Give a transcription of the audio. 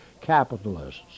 capitalists